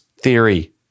theory